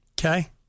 Okay